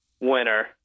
winner